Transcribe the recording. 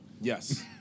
Yes